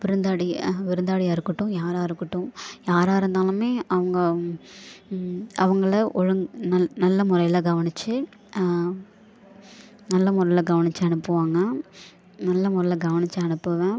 விருந்தாளி விருந்தாளியா இருக்கட்டும் யாராக இருக்கட்டும் யாராக இருந்தாலும் அவங்க அவங்கள ஒழுங்கா நல்ல நல்ல முறையில் கவனித்து நல்ல முறையில் கவனித்து அனுப்புவாங்க நல்ல முறையில் கவனித்து அனுப்புவேன்